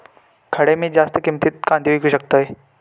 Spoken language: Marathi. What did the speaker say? खडे मी जास्त किमतीत कांदे विकू शकतय?